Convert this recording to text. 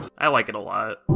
i like it a lot.